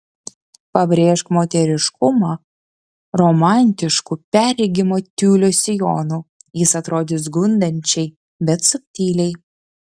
pabrėžk moteriškumą romantišku perregimo tiulio sijonu jis atrodys gundančiai bet subtiliai